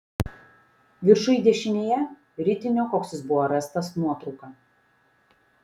viršuj dešinėje ritinio koks jis buvo rastas nuotrauka